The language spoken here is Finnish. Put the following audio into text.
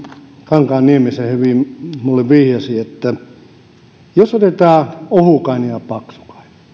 kankaanniemi sen hyvin minulle vihjaisi jos otetaan ohukainen ja paksukainen